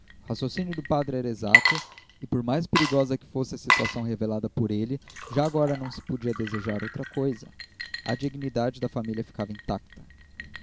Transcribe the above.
raciocínio do padre era exato e por mais perigosa que fosse a situação revelada por ele já agora não se podia desejar outra coisa a dignidade da família ficava intacta